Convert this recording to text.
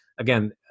again